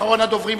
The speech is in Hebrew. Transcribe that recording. אחרון הדוברים,